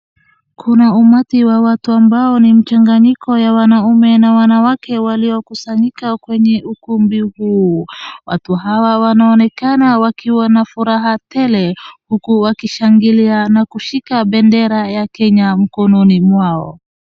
Kuna umati wa watu ambao ni mchanganyiko ya wanaume na wanawake waliokusanyika kwenye ukumbi huu. Watu hawa wanaonekana wakiwa na furaha tele uku wakishangilia na kushika bendera ya Kenya mkononi mwao.